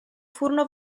furono